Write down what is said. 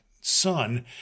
son